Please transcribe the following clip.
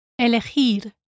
elegir